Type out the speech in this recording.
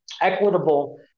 equitable